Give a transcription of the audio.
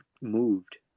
moved